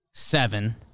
Seven